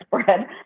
spread